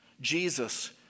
Jesus